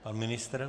Pan ministr?